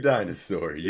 Dinosaur